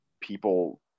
people